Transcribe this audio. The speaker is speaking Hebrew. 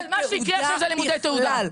אבל מה שהגיע עכשיו זה לימודי תעודה.